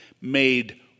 made